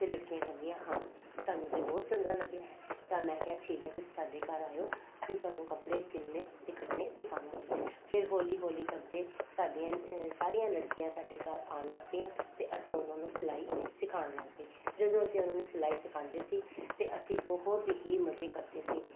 ਅਤੇ ਲੜਕੀਆਂ ਕਹਿੰਦੀਆਂ ਹਾਂ ਸਾਨੂੰ ਤਾਂ ਬਹੁਤ ਚੰਗਾ ਲੱਗਿਆ ਹੈ ਤਾਂ ਮੈਂ ਕਿਹਾ ਠੀਕ ਹੈ ਤੁਸੀਂ ਸਾਡੇ ਘਰ ਆਇਓ ਅਸੀਂ ਤੁਹਾਨੂੰ ਕੱਪੜੇ ਸਿਲਨੇ ਅਤੇ ਕੱਟਣੇ ਸਿਖਾਵਾਂਗੇ ਫਿਰ ਹੌਲੀ ਹੌਲੀ ਕਰਦੇ ਸਾਡੀਆਂ ਸਾਰੀਆਂ ਲੜਕੀਆਂ ਸਾਡੇ ਘਰ ਆਉਣ ਲੱਗ ਪਈਆਂ ਅਤੇ ਅਸੀਂ ਉਹਨਾਂ ਨੂੰ ਸਿਲਾਈ ਸਿਖਾਉਣ ਲੱਗ ਪਏ ਜਦੋਂ ਅਸੀਂ ਉਹਨਾਂ ਨੂੰ ਸਿਲਾਈ ਸਿਖਾਉਂਦੇ ਸੀ ਤਾਂ ਅਸੀਂ ਬਹੁਤ ਹੀ ਮਜੇ ਕਰਦੇ ਸੀ